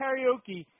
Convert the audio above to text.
karaoke